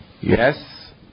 yes